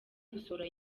gusohora